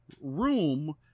room